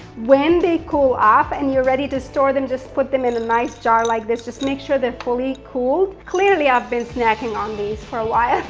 when they cool off and you're ready to store them, just put them in a nice jar like this. just make sure they're fully cooled. clearly, i've been snacking on these for awhile.